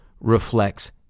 reflects